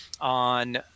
on